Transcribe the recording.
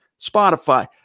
Spotify